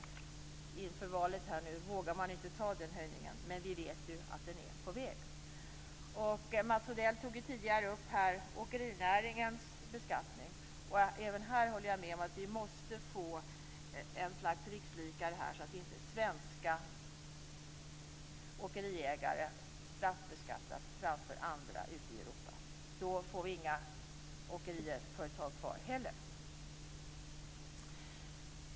Nu inför valet vågar man inte ta den höjningen, men vi vet ju att den är på väg. Mats Odell tog tidigare upp åkerinäringens beskattning. Jag håller med om att vi måste få en slags rikslikare här så att inte svenska åkeriägare straffbeskattas framför andra ute i Europa. Då får vi inga åkeriföretag kvar heller.